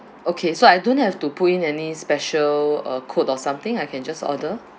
okay so I don't have to put in any special uh code or something I can just order